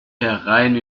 herein